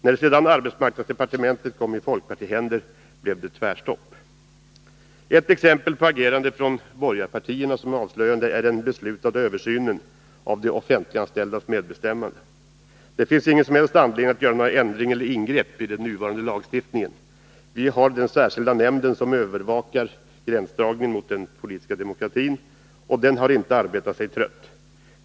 När sedan arbetsmarknadsdepartementet kom i folkpartihänder blev det tvärstopp. Ett exempel på agerande från borgarpartierna som är avslöjande är den beslutade översynen av de offentliganställdas medbestämmande. Det finns ingen som helst anledning att göra någon ändring eller ingrepp i den nuvarande lagstiftningen. Vi har den särskilda nämnden som övervakar gränsdragningar mot den politiska demokratin, och den har inte arbetat sig trött.